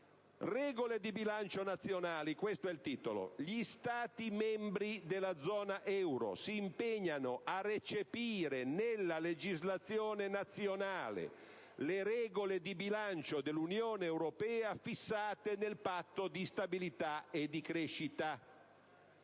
«Regole di bilancio nazionali» (questo è il titolo). «Gli Stati membri della zona euro si impegnano a recepire nella legislazione nazionale le regole di bilancio dell'UE fissate nel patto di stabilità e crescita.